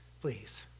Please